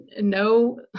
no